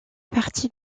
partie